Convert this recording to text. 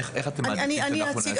איך אתם מעדיפים שאנחנו נעשה את זה?